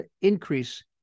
increase